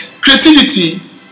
Creativity